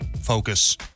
focus